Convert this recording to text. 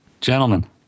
Gentlemen